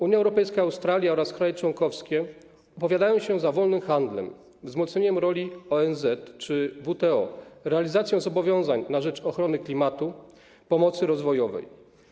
Unia Europejska, Australia oraz kraje członkowskie opowiadają się za wolnym handlem, wzmocnieniem roli ONZ czy WTO, realizacją zobowiązań na rzecz ochrony klimatu, pomocy rozwojowej.